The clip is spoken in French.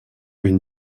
une